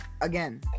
again